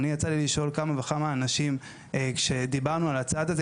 אני יצא לי לשאול כמה וכמה אנשים כשדיברנו על הצעד הזה,